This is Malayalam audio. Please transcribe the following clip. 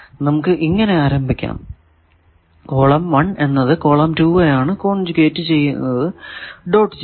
നമുക്ക് ഇങ്ങനെ ആരംഭിക്കാം കോളം 1 എന്നത് കോളം 2 ആയാണ് കോൺജ്യൂഗെറ്റ് ഡോട്ട് ചെയ്യുന്നത്